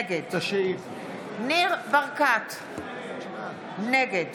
נגד ניר ברקת, נגד